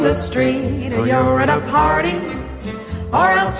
ah street yeah or at a party or